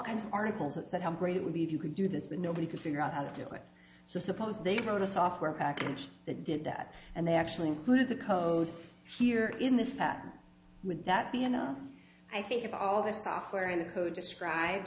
kinds of articles that said how great it would be if you could do this but nobody could figure out how to play so i suppose they wrote a software package that did that and they actually included the code here in this patent would that be enough i think if all the software in the code described